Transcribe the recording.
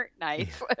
nice